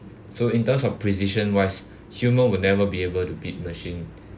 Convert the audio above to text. so in terms of precision wise human will never be able to beat machine